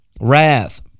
wrath